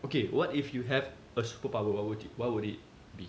okay what if you have a superpower what would you what would it be